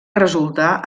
resultar